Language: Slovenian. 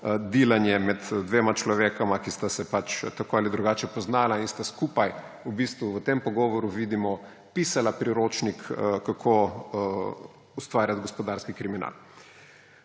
dilanje med dvema človekoma, ki sta se pač tako ali drugače poznala in sta skupaj, v bistvu v tem pogovoru vidimo, pisla priročnik, kako ustvarjati gospodarski kriminal.